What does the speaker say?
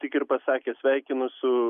tik ir pasakė sveikinu su